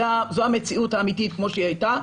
זו המציאות האמיתית כמו שהיא היתה,